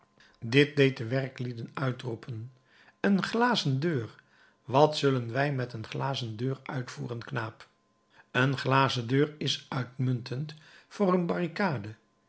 dit deed de werklieden uitroepen een glazen deur wat zullen wij met een glazen deur uitvoeren knaap een glazen deur is uitmuntend voor een barricade